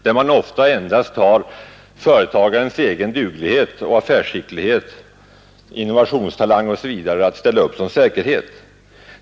De har ofta endast företagarens egen personlighet och affärsskicklighet, innovationstalanger osv. att ställa upp som säkerhet.